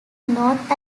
north